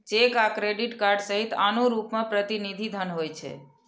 cheque आ credit card सहित आनो रूप मे प्रतिनिधि धन होइ छै